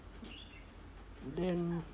then